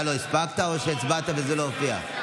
אתה לא הספקת, או שהצבעת וזה לא הופיע?